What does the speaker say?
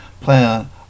plan